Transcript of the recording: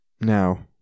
Now